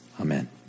Amen